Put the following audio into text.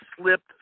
slipped